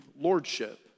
lordship